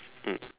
mm